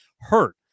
hurt